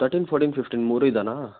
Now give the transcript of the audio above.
thirteen fourteen fifteen ಮೂರು ಇದೆಯಾ